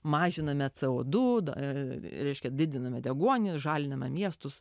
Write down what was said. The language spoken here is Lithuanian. mažiname savo dūdą reiškia didiname deguonį žaliname miestus